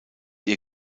ihr